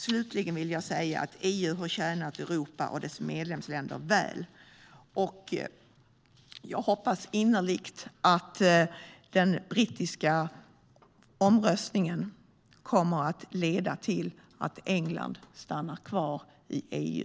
Slutligen vill jag säga att EU har tjänat Europa och dess medlemsländer väl. Jag hoppas innerligt att den brittiska omröstningen kommer att leda till att England stannar kvar i EU.